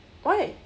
why